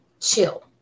Chill